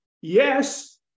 Yes